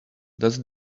does